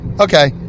Okay